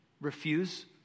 refuse